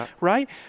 right